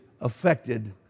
affected